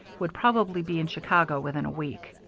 would probably be in chicago within a week.